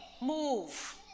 move